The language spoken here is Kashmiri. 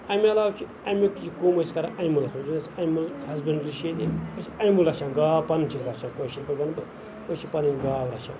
امہِ عَلاوٕ چھِ امیُک یہِ کُم ٲسۍ کَران امہِ برونٛہہ یُس حظ ایٚنِمٕل حَسبَنڈری چھِ ییٚتہِ أسۍ چھِ ایٚنِمٕل رَچھان گاو پَنٕنۍ چھِ أسۍ رَچھان کٲشِر پٲٹھۍ وَنہٕ بہٕ أسۍ چھِ پَنٕنۍ گاو رَچھان